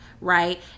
right